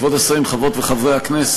תודה רבה, כבוד השרים, חברות וחברי הכנסת,